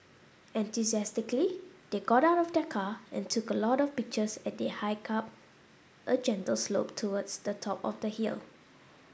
enthusiastically they got out of the car and took a lot of pictures as they hiked up a gentle slope towards the top of the hill